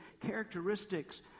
characteristics